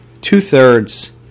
two-thirds